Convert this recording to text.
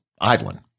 idling